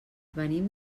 venim